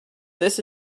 this